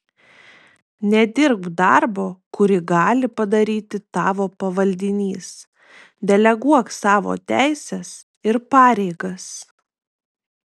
nedirbk darbo kurį gali padaryti tavo pavaldinys deleguok savo teises ir pareigas